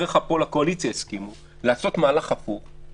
וחבריך פה לקואליציה הסכימו, לעשות מהלך הפוך.